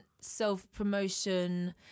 self-promotion